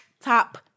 top